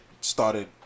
started